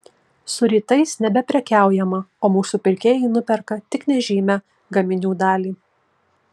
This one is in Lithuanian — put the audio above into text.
su rytais nebeprekiaujama o mūsų pirkėjai nuperka tik nežymią gaminių dalį